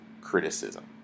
criticism